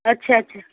ଆଚ୍ଛା ଆଚ୍ଛା